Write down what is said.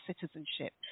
citizenship